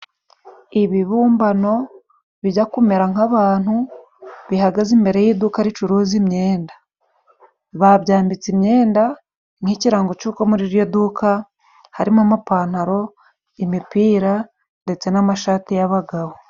Ibumbano bijya kumera nk'abantu bihagaze imbere y'iduka ricuruza imyenda babyambitse imyenda nk'ikirango c'uko muri iryo duka harimo amapantaro, imipira ndetse n'amashati y'abagabo.